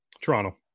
Toronto